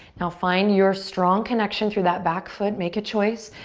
now find your strong connection through that back foot. make a choice.